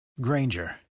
Granger